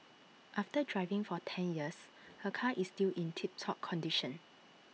after driving for ten years her car is still in tip top condition